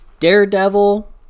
daredevil